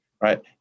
right